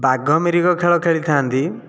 ବାଘ ମିରିଗ ଖେଳ ଖେଳିଥାନ୍ତି